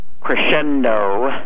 crescendo